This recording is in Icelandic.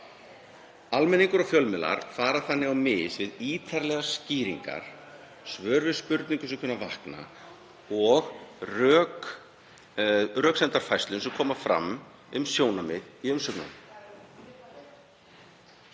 Almenningur og fjölmiðlar fari þannig á mis við ítarlegri skýringar, svör við spurningum sem vakna og röksemdafærslur sem koma fram um sjónarmið í umsögnum.